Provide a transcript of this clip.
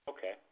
Okay